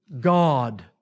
God